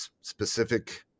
specific